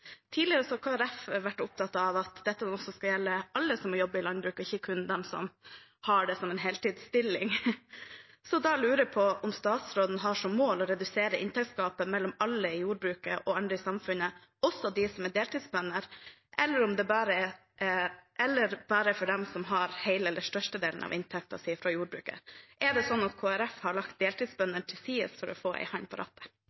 Tidligere har Kristelig Folkeparti vært opptatt av at det skal gjelde alle som jobber i landbruket, og ikke kun dem som har det som heltidsstilling. Så da lurer jeg på: Har statsråden som mål å redusere inntektstapet mellom alle i jordbruket og andre i samfunnet – også dem som er deltidsbønder – eller bare for dem som har hele eller størstedelen av inntekten fra jordbruket? Nei, det er overhodet ikke sånn at Kristelig Folkeparti har lagt